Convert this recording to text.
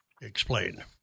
Explain